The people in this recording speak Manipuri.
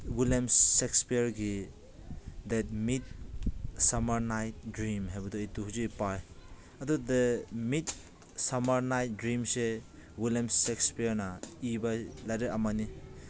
ꯋꯤꯜꯂꯦꯝ ꯁꯦꯛꯁꯄꯤꯌꯔꯒꯤ ꯗꯦꯠ ꯃꯤꯠ ꯁꯃꯔ ꯅꯥꯏꯠ ꯗ꯭ꯔꯤꯝ ꯍꯥꯏꯕꯗꯨ ꯑꯩ ꯍꯧꯖꯤꯛ ꯑꯩ ꯄꯥꯏ ꯑꯗꯨꯗ ꯃꯤꯠ ꯁꯃꯔ ꯅꯥꯏꯠ ꯗ꯭ꯔꯤꯝꯁꯦ ꯋꯤꯜꯂꯦꯝ ꯁꯦꯛꯁꯄꯤꯌꯔꯅ ꯏꯕ ꯂꯥꯏꯔꯤꯛ ꯑꯃꯅꯤ